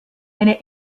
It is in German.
eine